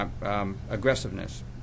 aggressiveness